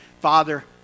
Father